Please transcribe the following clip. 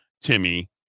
Timmy